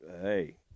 hey